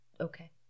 okay